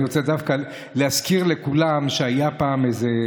אני רוצה דווקא להזכיר לכולם שהיה פעם איזה